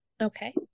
okay